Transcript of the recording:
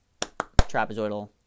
trapezoidal